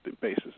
basis